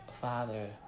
father